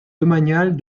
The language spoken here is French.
domaniale